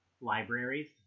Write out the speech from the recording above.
Libraries